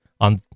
on